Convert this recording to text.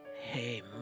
Hey